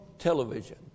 television